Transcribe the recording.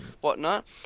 whatnot